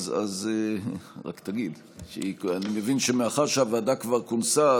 אז רק תגיד: אני מבין שמאחר שהוועדה כבר כונסה,